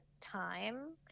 time